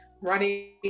running